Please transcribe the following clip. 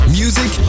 music